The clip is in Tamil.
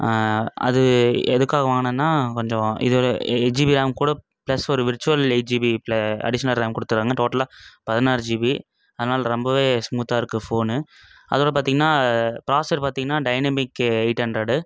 அது எதுக்காக வாங்குனன்னா கொஞ்சம் இதைவிட எ எயிட் ஜிபி ரேம் கூட பிளஸ் ஒரு virtual eight GB plus additional RAM கொடுத்துறாங்க டோட்டலாக பதினாறு ஜிபி அதனால் ரொம்பவே ஸ்மூத்தாக இருக்கு ஃபோனு அதோட பார்த்தீங்கன்னா பாஸ்வேர்டு பார்த்தீங்கன்னா டைனமிக்கு எயிட் ஹண்ட்ரேடு